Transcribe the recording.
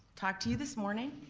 talked to you this morning.